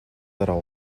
дараа